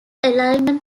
alignment